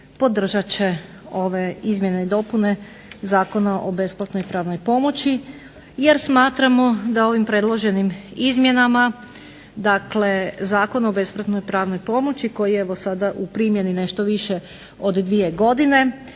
podržat će ove izmjene i dopune Zakona o besplatnoj pravnoj pomoći jer smatramo da ovim predloženim izmjenama, dakle Zakona o besplatnoj pravnoj pomoći koji je evo sada u primjeni nešto više od dvije godine